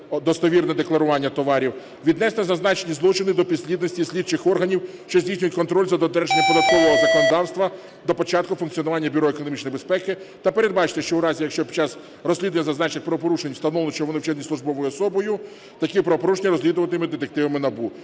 недостовірне декларування товарів. Віднести зазначені злочини до підслідності і слідчих органів, що здійснюють контроль за додержанням податкового законодавства до початку функціонування Бюро економічної безпеки та передбачити, що у разі, якщо під час розслідування зазначених правопорушень встановлено, що вони вчинені службовою особою, такі правопорушення розслідуватиме детективами НАБУ.